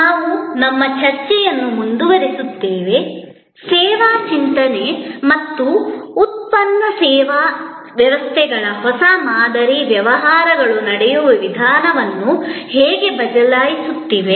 ನಾವು ನಮ್ಮ ಚರ್ಚೆಯನ್ನು ಮುಂದುವರಿಸುತ್ತೇವೆ ಸೇವಾ ಚಿಂತನೆ ಮತ್ತು ಉತ್ಪನ್ನ ಸೇವಾ ವ್ಯವಸ್ಥೆಗಳ ಹೊಸ ಮಾದರಿ ವ್ಯವಹಾರಗಳು ನಡೆಯುವ ವಿಧಾನವನ್ನು ಹೇಗೆ ಬದಲಾಯಿಸುತ್ತಿವೆ